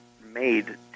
made